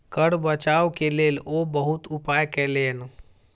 कर बचाव के लेल ओ बहुत उपाय कयलैन